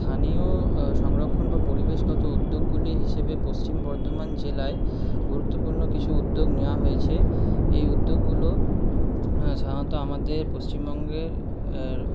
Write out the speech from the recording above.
স্থানীয় সংরক্ষণ বা পরিবেশগত উদ্যোগগুলি হিসেবে পশ্চিম বর্ধমান জেলায় গুরুত্বপূর্ণ কিছু উদ্যোগ নেওয়া হয়েছে এই উদ্যোগগুলো হ্যাঁ সাধারণত আমাদের পশ্চিমবঙ্গের